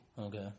Okay